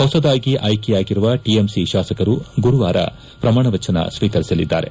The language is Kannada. ಹೊಸದಾಗಿ ಅಯ್ಕೆಯಾಗಿರುವ ಟಿಎಂಸಿ ಶಾಸಕರು ಗುರುವಾರ ಪ್ರಮಾಣ ವಚನ ಸ್ವೀಕರಿಸಲಿದ್ದಾರೆ